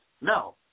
No